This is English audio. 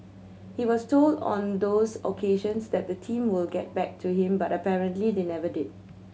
he was told on those occasions that the team will get back to him but apparently they never did